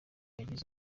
yagize